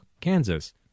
kansas